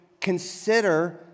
consider